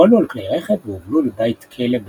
הועלו על כלי רכב והובלו אל בית כלא בוורשה.